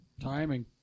timing